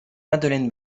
madeleine